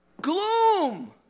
gloom